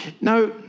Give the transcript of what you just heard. Now